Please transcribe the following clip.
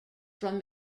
from